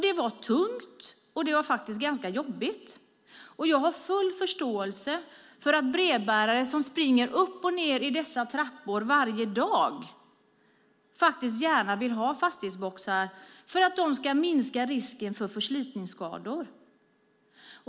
Det var tungt och ganska jobbigt, och jag har därför full förståelse för att brevbärare som varje dag springer upp och ned i trappor gärna vill ha fastighetsboxar för att minska risken för förslitningsskador.